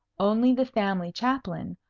only the family chaplain,